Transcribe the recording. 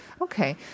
okay